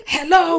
Hello